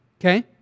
Okay